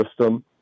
system